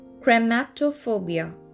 crematophobia